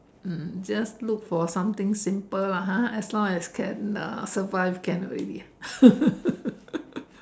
mm just look for something simple lah ha as long as can uh survive can already